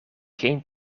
geen